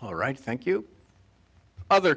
all right thank you other